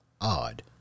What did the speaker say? odd